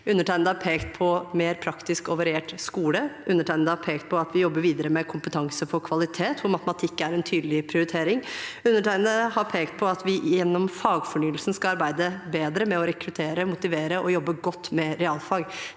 Undertegnede har pekt på en mer praktisk og variert skole. Undertegnede har pekt på at vi jobber videre med Kompetanse for kvalitet, hvor matematikk er en tydelig prioritering. Undertegnede har pekt på at vi gjennom fagfornyelsen skal arbeide bedre med å rekruttere, motivere og jobbe godt med realfag.